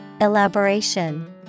Elaboration